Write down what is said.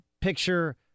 picture